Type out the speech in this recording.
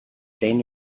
stain